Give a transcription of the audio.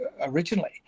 originally